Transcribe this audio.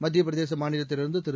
மத்தியப்பிரதேச மாநிலத்திலிருந்து திரு